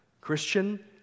Christian